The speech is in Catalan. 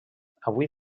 avui